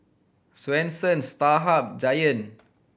Swensens Starhub Giant